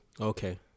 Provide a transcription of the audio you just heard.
Okay